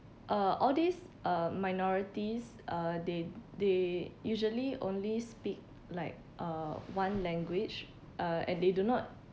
uh all these uh minorities uh they they usually only speak like uh one language uh and they do not